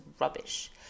rubbish